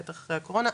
בטח אחרי הקורונה,